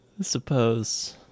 suppose